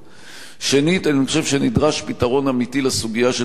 אני חושב שנדרש פתרון אמיתי לסוגיה של תוכניות המיתאר.